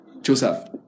Joseph